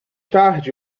tarde